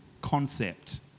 concept